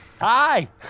Hi